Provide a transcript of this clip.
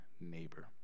neighbor